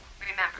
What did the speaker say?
Remember